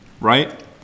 right